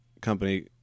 company